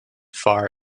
far